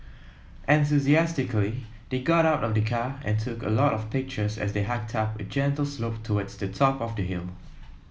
enthusiastically they got out of the car and took a lot of pictures as they hiked up a gentle slope towards the top of the hill